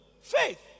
Faith